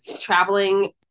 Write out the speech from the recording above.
traveling